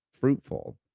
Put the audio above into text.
fruitful